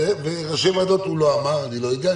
ראשי ועדות הוא לא אמר, אני לא יודע.